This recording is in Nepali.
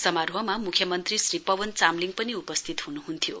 समारोहमा मुख्यमन्त्री श्री पवनचामलिङ पनि उपस्थित हुनुहन्थ्यो